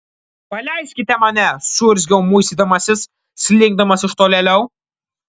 paleiskite mane suurzgiau muistydamasis slinkdamas iš tolėliau